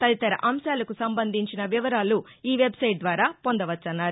తదితర అంశాలకు సంబంధించిన వివరాలు ఈ వెబ్సైట్ ద్వారా పొందవచ్చని అన్నారు